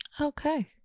Okay